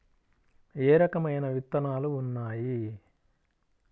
ఏ రకమైన విత్తనాలు ఉన్నాయి?